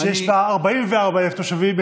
שיש בה 44,000 תושבים,